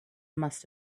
must